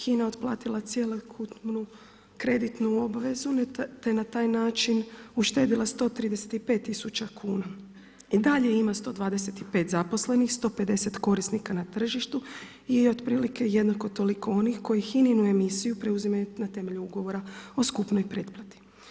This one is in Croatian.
HINA otplatila cjelokupnu kreditnu obvezu te na taj način uštedila 135 tisuća kuna i dalje ima 125 zaposlenih, 150 korisnika na tržištu i otprilike jednako toliko onih koji HINA-inu emisiju preuzimaju na temelju Ugovora o skupnoj pretplati.